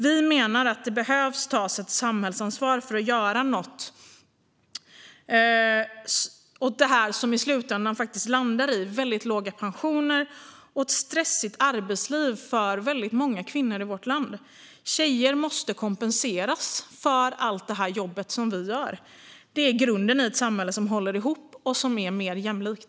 Vi menar att det behöver tas ett samhällsansvar för att göra något åt det här, som i slutändan faktiskt landar i väldigt låga pensioner och ett stressigt arbetsliv för väldigt många kvinnor i vårt land. Tjejer måste kompenseras för allt det jobb som vi gör. Det är grunden i ett samhälle som håller ihop och som är mer jämlikt.